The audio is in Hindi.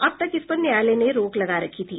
अब तक इसपर न्यायालय ने रोक लगा रखी थी